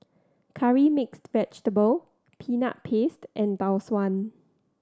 Curry Mixed Vegetable Peanut Paste and Tau Suan